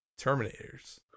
Terminators